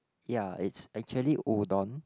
ya it's actually udon